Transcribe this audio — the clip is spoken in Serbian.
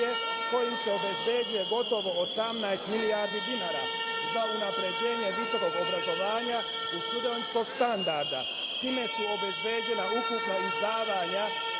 kojim se obezbeđuje gotovo 18 milijardi dinara za unapređenje visokog obrazovanja i studentskog standarda, time su obezbeđena ukupna izdvajanja